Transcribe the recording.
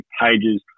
pages